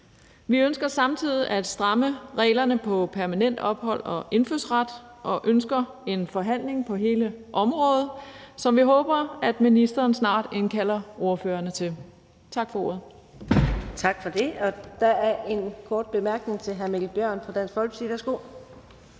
Vi ønsker samtidig at stramme reglerne for permanent ophold og indfødsret og ønsker en forhandling på hele området, som vi håber ministeren snart indkalder ordførerne til. Tak for ordet.